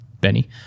Benny